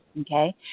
Okay